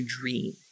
dream